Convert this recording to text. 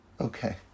Okay